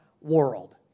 world